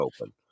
open